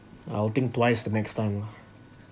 I'll think twice the next time lah